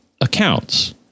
accounts